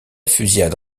fusillade